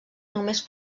només